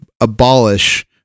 abolish